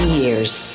years